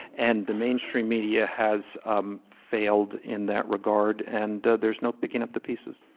and the mainstream media has um failed in that regard and there's no picking up the pieces.